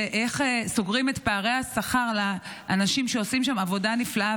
איך סוגרים את פערי השכר לאנשים שעושים שם עבודה נפלאה